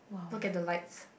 look at the lights